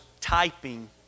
typing